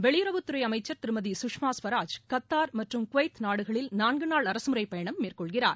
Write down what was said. வெளியுறவுத்துறை அமைச்சர் திருமதி சுஷ்மா ஸ்வராஜ் கத்தார் மற்றும் குவைத் நாடுகளில் நான்குநாள் அரசுமுறைப் பயணம் மேற்கொளகிறார்